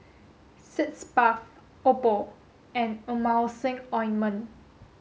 Sitz Bath Oppo and Emulsying ointment